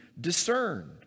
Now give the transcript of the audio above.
discerned